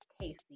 Casey